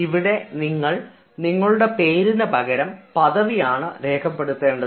ഇവിടെ നിങ്ങൾ നിങ്ങളുടെ പേരിനു പകരം പദവിയാണ് രേഖപ്പെടുത്തേണ്ടത്